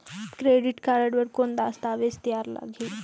Credit card बर कौन दस्तावेज तैयार लगही?